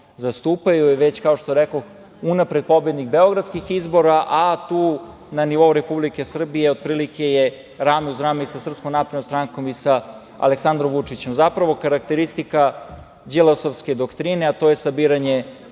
zastupaju je već, kao što rekoh, unapred pobednik beogradskih izbora, a tu na nivou Republike Srbije otprilike je rame uz rame sa SNS i sa Aleksandrom Vučićem. Zapravo, karakteristika Đilasovske doktrine, a to je sabiranje